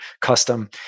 custom